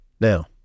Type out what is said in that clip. now